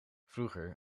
vroeger